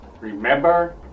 Remember